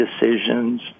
decisions